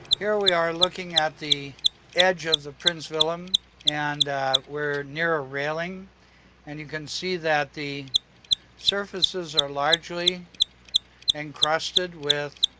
here we are, looking at the edge of the prins willem and we're near a railing and you can see that the surfaces are largely encrusted with